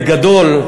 בגדול,